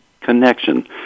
Connection